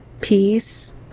peace